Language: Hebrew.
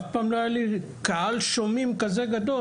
אף פעם לא היה לי קהל שומעים כזה גדול.